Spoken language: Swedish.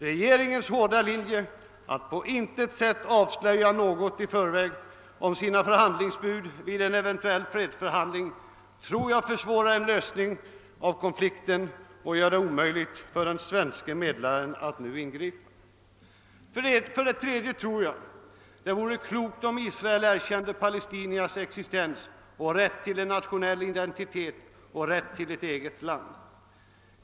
Regeringens hårda linje att på intet sätt avslöja något i förväg om sina förhandlingsbud vid en eventuell fredsförhandling tror jag försvårar en lösning av konflikten och gör det omöjligt för den svenske medlaren att nu ingripa. För det tredje tror jag att det vore klokt om Israel erkände palestiniernas existens och rätt till en nationell identitet och till ett eget land.